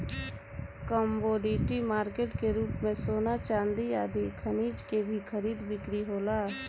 commodity market के रूप में सोना चांदी आदि खनिज के भी खरीद बिक्री होला